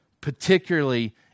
particularly